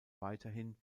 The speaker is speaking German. weiterhin